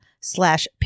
slash